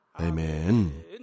Amen